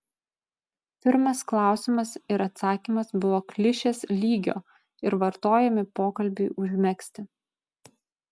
pirmas klausimas ir atsakymas buvo klišės lygio ir vartojami pokalbiui užmegzti